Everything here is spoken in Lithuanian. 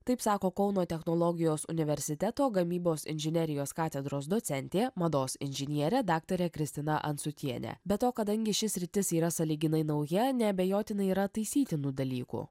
taip sako kauno technologijos universiteto gamybos inžinerijos katedros docentė mados inžinierė daktarė kristina ancutienė be to kadangi ši sritis yra sąlyginai nauja neabejotinai yra taisytinų dalykų